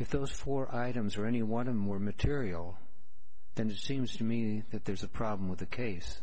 if those four items were any one of more material then it seems to me that there's a problem with the case